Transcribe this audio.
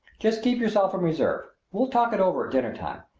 just keep yourself in reserve. we'll talk it over at dinner time.